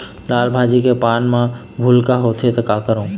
लाल भाजी के पान म भूलका होवथे, का करों?